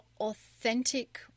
authentic